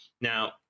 Now